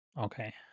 Okay